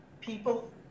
people